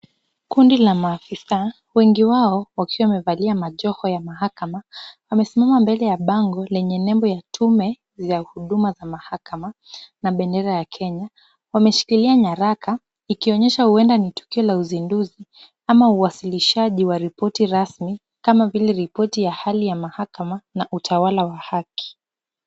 Kundi la maafisa, wengi wao wakiwa wamevalia majoho ya mahakama, wamesimama mbele ya bango lenye nembo ya tume ya huduma za mahakama na bendera ya Kenya. Wameshikilia nyaraka, wakionyesha huenda kuwa ni tukio la uzinduzi ama uwasilishaji wa ripoti rasmi kama vile ripoti ya hali ya mahakama na utawala wa haki.